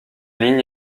lignes